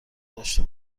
داشته